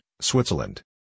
Switzerland